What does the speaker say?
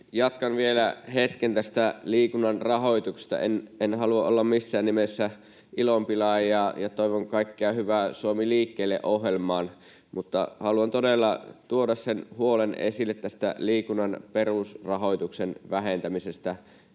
Jatkan vielä hetken tästä liikunnan rahoituksesta. En halua olla missään nimessä ilonpilaaja ja toivon kaikkea hyvää Suomi liikkeelle ‑ohjelmaan, mutta haluan todella tuoda esille huolen tästä liikunnan perusrahoituksen vähentämisestä: